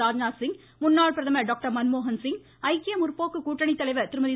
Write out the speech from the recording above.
ராஜ்நாத்சிங் முன்னாள் பிரதமர் டாக்டர் மன்மோகன் சிங் ஐக்கிய முற்போக்கு கூட்டணித் தலைவர் திருமதி